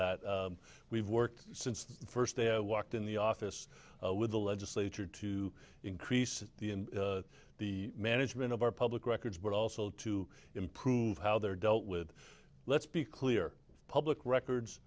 that we've worked since the first day i walked in the office with the legislature to increase the management of our public records but also to improve how they're dealt with let's be clear public records